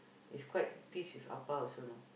he's quite pissed with Appa also know